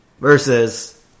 versus